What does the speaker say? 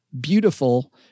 beautiful